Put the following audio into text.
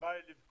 ובא לי לבכות.